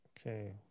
okay